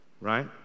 Right